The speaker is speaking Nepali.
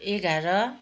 एघार